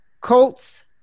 Colts